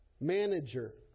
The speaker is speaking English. manager